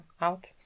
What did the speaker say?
out